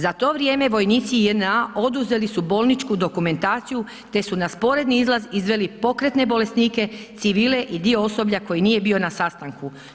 Za to vrijeme vojnici JNA oduzeli su bolničku dokumentaciju, te su na sporedni izlaz izveli pokretne bolesnike, civile i dio osoblja koji nije bio na sastanku.